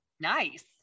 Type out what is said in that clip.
Nice